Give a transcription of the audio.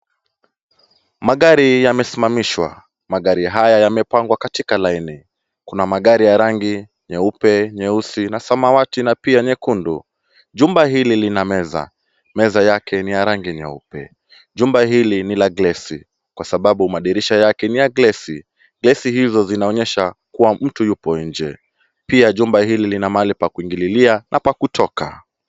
Magari yamesimamishwa, magari haya yamepangwa katika laini . Kuna magari ya rangi nyeupe, nyeusi na samawati na pia nyekundu. Jumba hili lina meza, meza yake ni ya rangi nyeupe. Jumba hili ni la glesi kwa sababu madirisha yake ni ya glesi . Glesi hizo zinaonyesha kuwa mtu yupo nje pia jumba hili lina mahali pa kuingililia na pa kutoka.